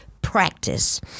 Practice